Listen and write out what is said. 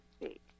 speak